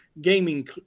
gaming